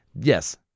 Yes